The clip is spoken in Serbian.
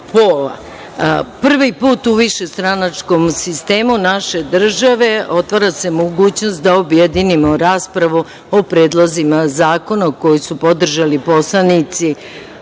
pola. Prvi put u višestranačkom sistemu naše države otvara se mogućnost da objedinimo raspravu o predlozima zakona koji su podržali poslanici